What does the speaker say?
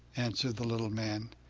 answered the little man,